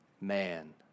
man